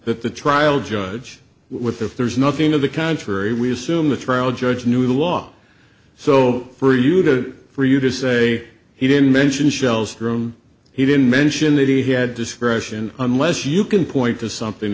that the trial judge with if there's nothing to the contrary we assume the trial judge new law so for you to for you to say he didn't mention shell's room he didn't mention that he had discretion unless you can point to something